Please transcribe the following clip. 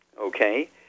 Okay